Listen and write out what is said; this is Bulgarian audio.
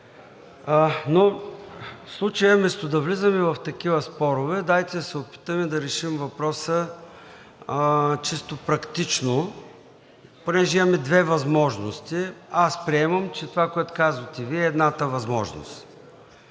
но в случая, вместо да влизаме в такива спорове, дайте да се опитаме да решим въпроса чисто практично, понеже имаме две възможности. Аз приемам, че това, което казвате Вие, е едната възможност.